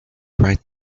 right